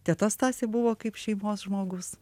teta stasė buvo kaip šeimos žmogus